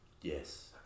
Yes